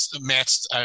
matched